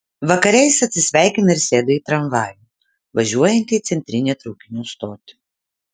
vakare jis atsisveikina ir sėda į tramvajų važiuojantį į centrinę traukinių stotį